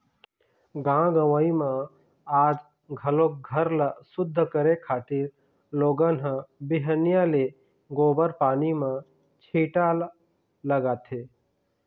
गाँव गंवई म आज घलोक घर ल सुद्ध करे खातिर लोगन ह बिहनिया ले गोबर पानी म छीटा लगाथे